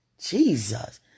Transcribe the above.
Jesus